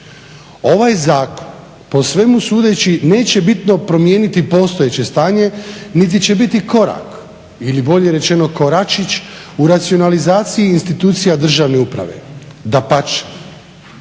Ovaj Zakon po svemu sudeći neće bitno promijeniti postojeće stanje niti će biti korak ili bolje rečeno koračić u racionalizaciji institucija državne uprave. Dapače,